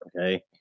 Okay